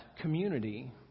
community